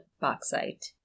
bauxite